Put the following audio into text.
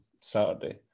Saturday